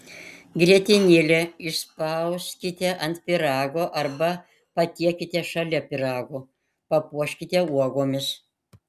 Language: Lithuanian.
grietinėlę išspauskite ant pyrago arba patiekite šalia pyrago papuoškite uogomis